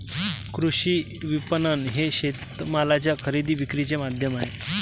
कृषी विपणन हे शेतमालाच्या खरेदी विक्रीचे माध्यम आहे